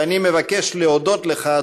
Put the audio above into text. ואני מבקש להודות לך,